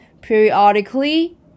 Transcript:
periodically